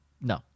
No